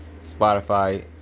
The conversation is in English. Spotify